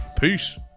peace